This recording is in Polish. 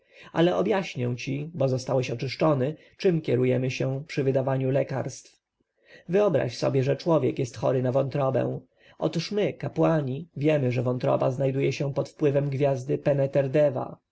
ale objaśnię ci bo zostałeś oczyszczony czem kierujemy się przy wydawaniu lekarstw wyobraź sobie że człowiek jest chory na wątrobę otóż my kapłani wiemy że wątroba znajduje się pod wpływem gwiazdy